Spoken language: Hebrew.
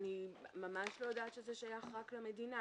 אני ממש לא יודעת שזה שייך רק למדינה.